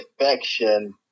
affection